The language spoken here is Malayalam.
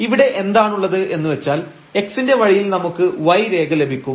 ഇവിടെ എന്താണുള്ളത് എന്ന് വെച്ചാൽ x ന്റെ വഴിയിൽ നമുക്ക് y രേഖ ലഭിക്കും